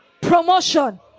promotion